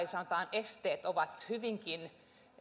esteet ovat hyvinkin